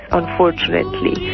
unfortunately